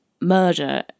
Murder